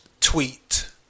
tweet